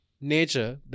nature